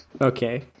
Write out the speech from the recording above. Okay